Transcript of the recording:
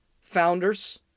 founders